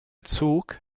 zug